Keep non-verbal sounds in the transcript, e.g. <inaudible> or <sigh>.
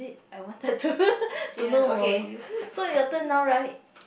I wanted to <laughs> to know about you so your turn now right